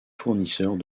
fournisseurs